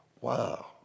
wow